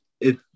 it